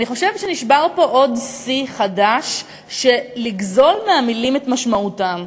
אני חושבת שנשבר פה עוד שיא חדש של לגזול מהמילים את משמעותן.